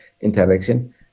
interaction